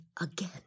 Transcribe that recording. again